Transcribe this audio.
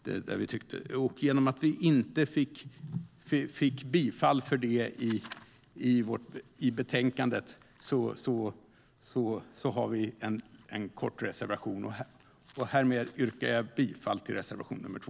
Men eftersom det avstyrktes i betänkandet har vi en kort reservation. Härmed yrkar jag bifall till reservation nr 2.